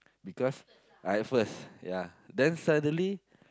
because I at first ya then suddenly